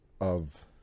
of-